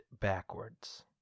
backwards